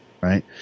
Right